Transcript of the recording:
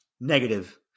Negative